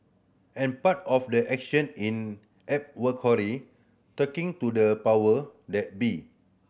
and part of the action in advocacy talking to the power that be